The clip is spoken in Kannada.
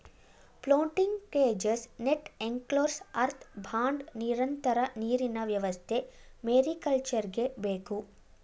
floating cages, net enclosures, earth bund, ನಿರಂತರ ನೀರಿನ ವ್ಯವಸ್ಥೆ ಮೇರಿಕಲ್ಚರ್ಗೆ ಬೇಕು